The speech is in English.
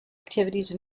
activities